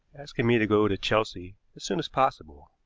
asking me to go to chelsea as soon as possible.